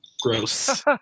Gross